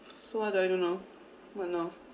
so what do I do now what now